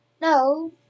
No